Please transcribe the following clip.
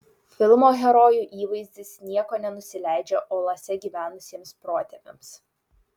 filmo herojų įvaizdis nieko nenusileidžia uolose gyvenusiems protėviams